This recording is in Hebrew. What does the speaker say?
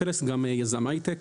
גם יזם היי-טק,